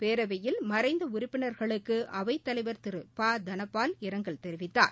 பேரவையில் மறைந்த உறுப்பினர்களுக்கு அவை தலைவர் திரு ப தனபால் இரங்கல் தெரிவித்தார்